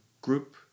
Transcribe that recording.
group